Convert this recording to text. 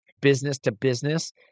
business-to-business